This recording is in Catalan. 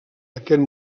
aquest